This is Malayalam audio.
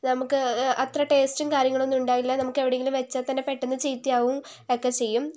നമുക്ക് അത്ര ടേസ്റ്റും കാര്യങ്ങളും ഒന്നും ഉണ്ടാകില്ല നമുക്ക് എവിടെയെങ്കിലും വച്ചാൽ തന്നെ പെട്ടന്ന് ചീത്തയാകും ഒക്കെ ചെയ്യും